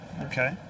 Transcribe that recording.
Okay